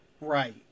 Right